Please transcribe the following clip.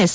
S